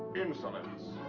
insolence!